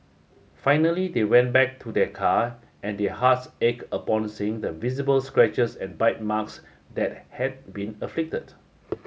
finally they went back to their car and their hearts ache upon seeing the visible scratches and bite marks that had been inflicted